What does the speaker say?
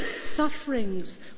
sufferings